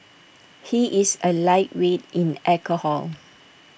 he is A lightweight in alcohol